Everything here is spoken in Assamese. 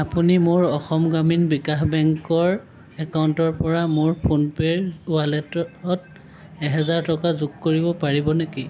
আপুনি মোৰ অসম গ্ৰামীণ বিকাশ বেংকৰ একাউণ্টৰ পৰা মোৰ ফ'ন পে'ৰ ৱালেটত এহেজাৰ টকা যোগ কৰিব পাৰিব নেকি